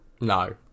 No